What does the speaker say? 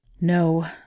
No